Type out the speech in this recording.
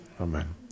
Amen